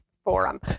forum